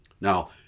Now